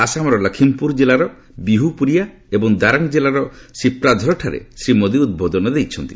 ଆସାମର ଲକ୍ଷ୍ମୀପୁର ଜିଲ୍ଲାର ବିହୁପୁରିଆ ଏବଂ ଦାରଙ୍ଗ ଜିଲ୍ଲାର ସ୍ରିପାଝରଠାରେ ଶ୍ରୀ ମୋଦୀ ଉଦ୍ବୋଧନ ଦେଇଛନ୍ତି